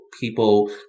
people